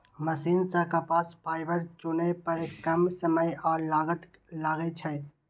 machine सं कपास fibre चुनै पर कम समय आ लागत लागै छै